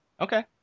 Okay